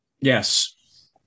Yes